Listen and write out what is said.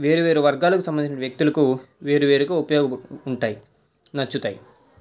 వేరు వేరు వర్గాలకు సంబంధించిన వ్యక్తులకు వేరు వేరుగా ఉపయోగ ఉంటాయి నచ్చుతాయి